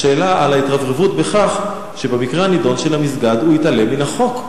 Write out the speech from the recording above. השאלה על ההתרברבות שבמקרה הנדון של המסגד הוא התעלם מהחוק.